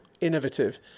innovative